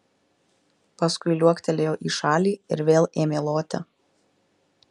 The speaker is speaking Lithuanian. paskui liuoktelėjo į šalį ir vėl ėmė loti